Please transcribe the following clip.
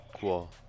cool